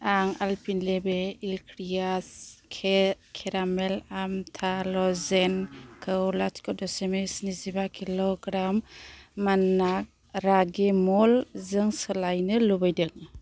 आं Alpenliebe eclairs के caramel आमथा लजेन खौ लाथिख' दश'मिक सिनिजिबा किल'ग्राम मान्ना रागिमल्ट जों सोलायनो लुबैदों